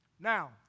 Now